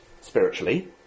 spiritually